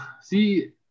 see